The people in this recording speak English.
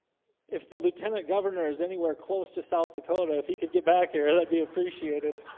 if the lieutenant governor is anywhere close to south dakota if he could get back here. that'd be appreciated